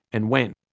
and when.